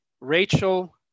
Rachel